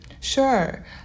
Sure